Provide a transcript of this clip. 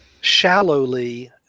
shallowly